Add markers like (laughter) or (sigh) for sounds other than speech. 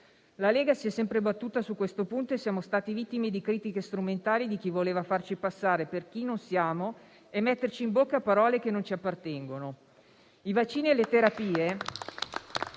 La Lega si è sempre battuta su questo punto e siamo stati vittime di critiche strumentali, di chi voleva farci passare per chi non siamo e metterci in bocca parole che non ci appartengono. (applause) I vaccini e le terapie